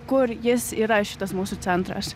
kur jis yra šitas mūsų centras